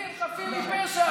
שני צדדים חפים מפשע.